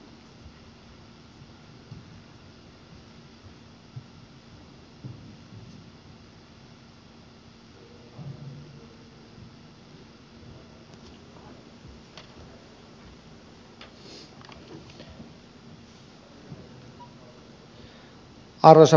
arvoisa puhemies